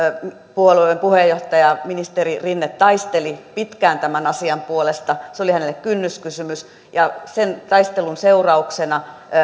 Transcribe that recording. puolueen puheenjohtaja ministeri rinne taisteli pitkään tämän asian puolesta se oli hänelle kynnyskysymys ja sen taistelun seurauksena